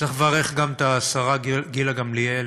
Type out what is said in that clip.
צריך לברך גם את השרה גילה גמליאל.